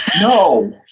No